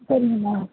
சரிங்க மேம்